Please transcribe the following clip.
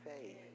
faith